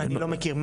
אני לא מכיר.